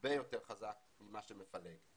הרבה יותר חזק ממה שמפלג.